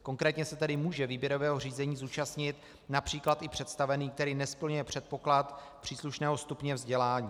Konkrétně se tedy může výběrového řízení zúčastnit například i představený, který nesplňuje předpoklad příslušného stupně vzdělání.